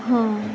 હા